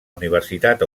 universitat